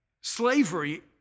slavery